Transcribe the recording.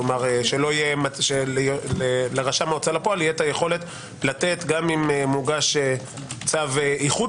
כלומר לרשם ההוצאה לפועל תהיה היכולת לתת גם אם מוגש צו איחוד